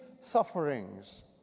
sufferings